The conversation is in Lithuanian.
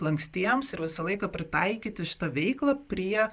lankstiems ir visą laiką pritaikyti šitą veiklą prie